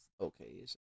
okay